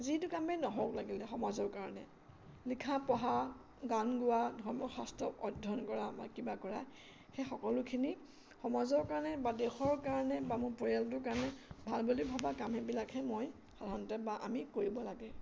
যিটো কামেই নহওক লাগিলে সমাজৰ কাৰণে লিখা পঢ়া গান গোৱা ধৰ্ম শাস্ত্ৰ অধ্যয়ন কৰা বা কিবা কৰা সেই সকলোখিনি সমাজৰ কাৰণে বা দেশৰ কাৰণে বা মোৰ পৰিয়ালটোৰ কাৰণে ভাল বুলি ভবা কাম এইবিলাকহে মই সাধাৰণতে বা আমি কৰিব লাগে